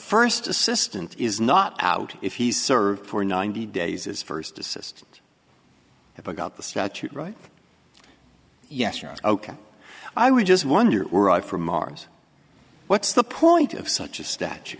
first assistant is not out if he served for ninety days as first assistant if i got the statute right yes you're ok i would just wonder were it from mars what's the point of such a statue